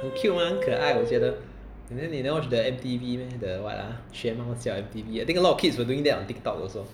很 cute 吗很可爱我觉得 and then you never watch the M_T_V meh the what ah 学猫叫 the M_T_V I think a lot of kids were doing that on Tiktok also